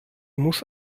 muss